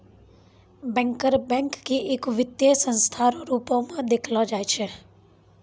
banker bank के एक वित्तीय संस्था रो रूप मे देखलो जाय छै